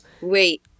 Wait